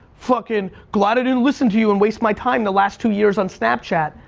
fucking glad i didn't listen to you and waste my time the last two years on snapchat.